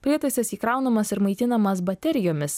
prietaisas įkraunamas ir maitinamas baterijomis